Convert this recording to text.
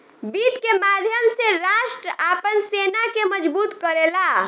वित्त के माध्यम से राष्ट्र आपन सेना के मजबूत करेला